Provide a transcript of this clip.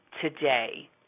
today